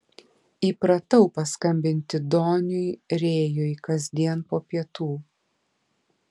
įpratau paskambinti doniui rėjui kasdien po pietų